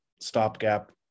stopgap